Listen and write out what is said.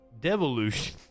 Devolution